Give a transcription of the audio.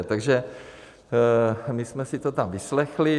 Takže my jsme si to tam vyslechli.